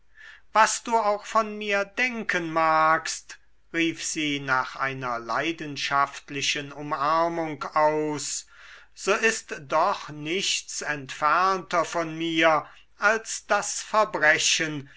was du auch von mir denken magst rief sie nach einer leidenschaftlichen umarmung aus so ist doch nichts entfernter von mir als das verbrechen